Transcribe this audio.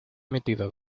metido